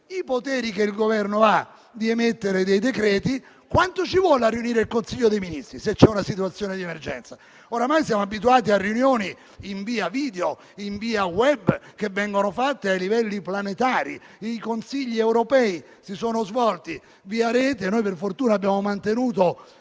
i poteri che il Governo ha di emettere decreti. Quanto ci vuole a riunire il Consiglio dei ministri se c'è una situazione di emergenza? Oramai siamo abituati a riunioni via video, via *web*, che vengono fatte a livelli planetari. I Consigli europei si sono svolti via Rete; noi, per fortuna, abbiamo mantenuto